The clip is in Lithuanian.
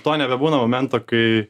to nebebūna momento kai